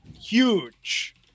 Huge